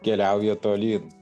keliauja tolyn